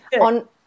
on